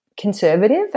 conservative